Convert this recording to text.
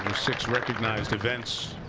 six recognized events.